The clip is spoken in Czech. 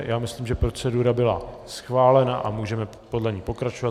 Já myslím, že procedura byla schválena a můžeme podle ní pokračovat.